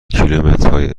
کیلومترهای